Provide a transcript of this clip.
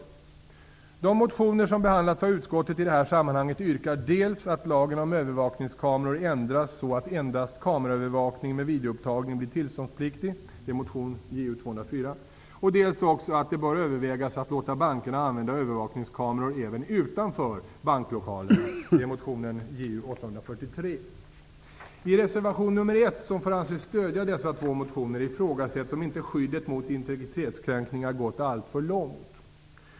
I de motioner som har behandlats av utskottet i det här sammanhanget yrkar man dels att lagen om övervakningskameror ändras så att endast kameraövervakning med videoupptagning blir tillståndspliktig , dels också att det bör övervägas att låta bankerna använda övervakningskameror även utanför banklokalerna I reservation nr 1, som får anses stödja dessa två motioner, ifrågasätts om inte skyddet mot integritetskränkningar gått alltför långt.